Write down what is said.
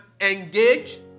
engage